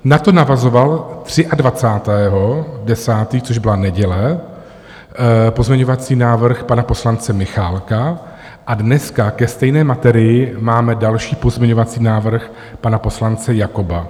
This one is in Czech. Na to navazoval 23. 10., což byla neděle, pozměňovací návrh pana poslance Michálka a dneska ke stejné materii máme další pozměňovací návrh pana poslance Jakoba.